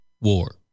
war